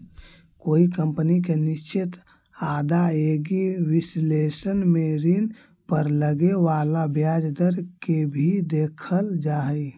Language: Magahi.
कोई कंपनी के निश्चित आदाएगी विश्लेषण में ऋण पर लगे वाला ब्याज दर के भी देखल जा हई